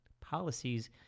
policies